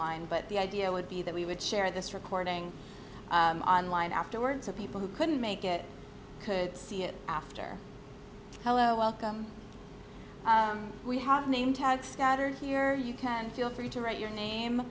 online but the idea would be that we would share this recording on line after words of people who couldn't make it could see it after hello welcome we have name tags scattered here you can feel free to write your name